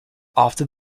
after